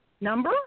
number